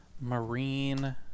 Marine